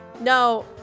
No